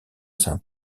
saint